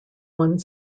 one